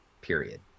period